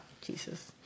Jesus